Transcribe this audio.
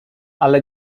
ale